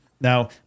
Now